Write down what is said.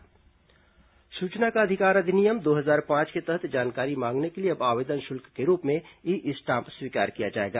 RTI e stamp सूचना का अधिकार अधिनियम दो हजार पांच के तहत जानकारी मांगने के लिए अब आवेदन शुल्क के रूप में ई स्टाम्प स्वीकार किया जाएगा